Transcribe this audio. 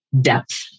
depth